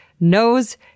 knows